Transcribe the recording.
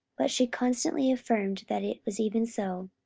but she constantly affirmed that it was even so.